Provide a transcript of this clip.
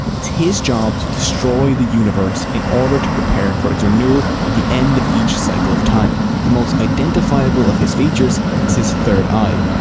it's his job to destroy the universe in order to prepare for its renewal at the end of each cycle of time. the most identifiable of his features is his third eye,